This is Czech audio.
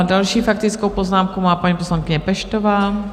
Další faktickou poznámku má paní poslankyně Peštová.